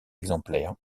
exemplaires